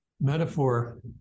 metaphor